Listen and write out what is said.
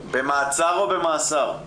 --- במעצר או במאסר?